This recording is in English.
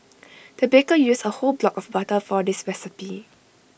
the baker used A whole block of butter for this recipe